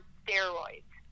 steroids